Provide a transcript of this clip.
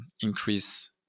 increase